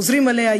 חוזרים אליה,